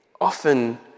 often